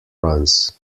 runs